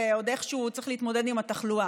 ועוד איכשהו צריך להתמודד עם התחלואה.